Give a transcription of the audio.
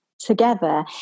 together